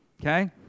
okay